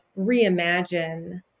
reimagine